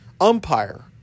umpire